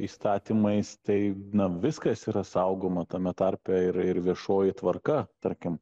įstatymais tai viskas yra saugoma tame tarpe ir ir viešoji tvarka tarkim